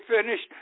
finished